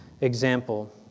example